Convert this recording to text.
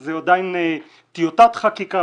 זה עדיין טיוטת חקיקה,